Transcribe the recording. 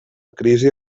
crisi